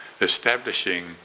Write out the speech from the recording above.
establishing